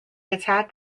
attack